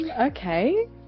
Okay